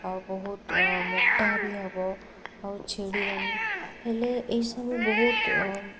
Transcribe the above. ବହୁତ ମୋଟା ବି ହେବ ଆଉ ଛିଡ଼ିବନି ହେଲେ ଏଇସବୁ ବହୁତ